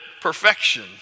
perfection